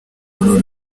uru